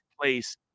place